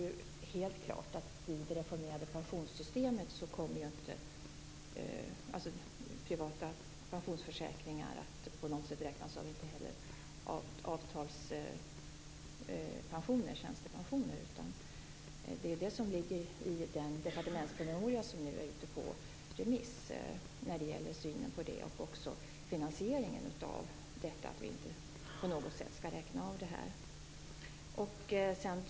I det reformerade pensionssystemet kommer självfallet inte privata pensionsförsäkringar, och inte heller avtalspensioner, tjänstepensioner, att räknas av. Det ligger i den departementspromemoria som nu är ute på remiss, liksom finansieringen, dvs. att det inte skall räknas av.